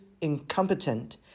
incompetent